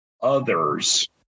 others